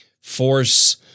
force